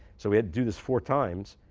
so we had to do this four times.